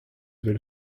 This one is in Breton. evel